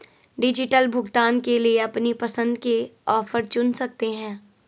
digital भुगतान के लिए अपनी पसंद के ऑफर चुन सकते है